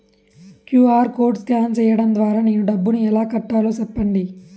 QR code scan సేయడం ద్వారా నేను డబ్బును ఎలా కట్టాలో సెప్పండి?